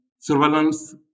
surveillance